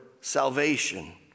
salvation